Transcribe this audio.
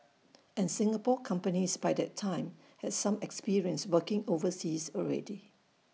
and Singapore companies by that time had some experience working overseas already